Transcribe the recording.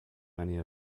many